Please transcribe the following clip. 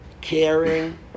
caring